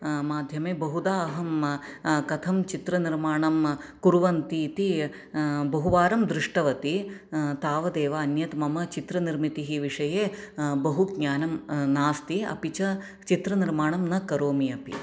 माध्यमे बहुधा अहं कथं चित्रनिर्माणं कुर्वन्तीति बहुवारं दृष्टवती तावदेव अन्यत् मम चित्रनिर्मितिविषये बहु ज्ञानं नास्ति अपि च चित्रनिर्माणं न करोमि अपि